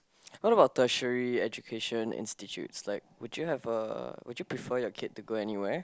what about tertiary education institute like would you have a would you prefer your kid to go anywhere